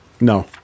no